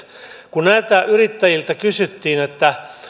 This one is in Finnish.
kun näiltä yrittäjiltä kysyttiin että